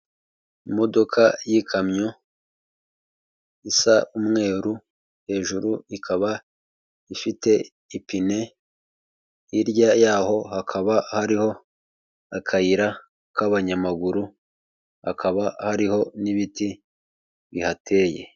Imodoka y'ikamyo isa umweru, hejuru ikaba ifite ipine, hirya yaho hakaba hariho akayira k'abanyamaguru, hakaba hariho n'ibiti bihateye.